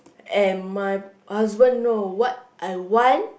and my husband know what I want